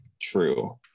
True